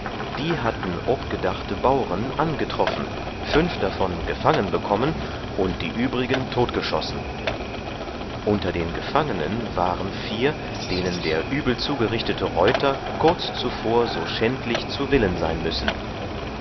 die hatten obgedachte bauren angetroffen fünf davon gefangenbekommen und die übrigen totgeschossen unter den gefangenen waren vier denen der übelzugerichtete reuter kurz zuvor so schändlich zu willen sein müssen